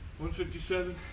157